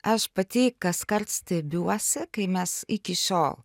aš pati kaskart stebiuosi kai mes iki šiol